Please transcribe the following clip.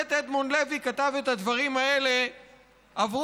שהשופט אדמונד לוי כתב את הדברים האלה עברו